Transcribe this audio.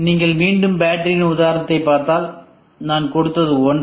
நீங்கள் மீண்டும் பேட்டரியின் உதாரணத்தைப் பார்த்தால் நான் கொடுத்தது ஒன்றே